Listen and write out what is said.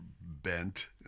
bent